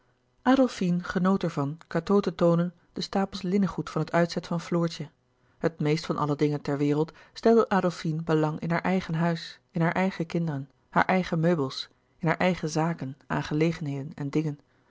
adolfine genoot ervan cateau te toonen de stapels linnengoed van het uitzet van floortje het meest van alle dingen ter wereld stelde adolfine belang in haar eigen huis in haar eigen kinderen haar eigen meubels in haar eigen zaken aangelegenheden en dingen